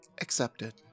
Accepted